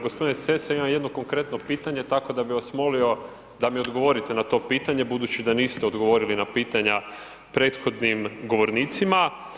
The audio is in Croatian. Gospodine Sesa imam jedno konkretno pitanje tako da bi vas molio da mi odgovorite na to pitanje, budući da niste odgovorili na pitanja prethodnim govornicima.